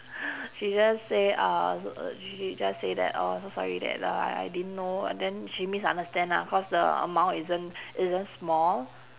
she just say uh so uh she just say that oh so sorry that uh I didn't know and then she misunderstand ah cause the amount isn't isn't small